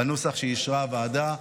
בנוסח שאישרה הוועדה.